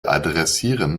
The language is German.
adressieren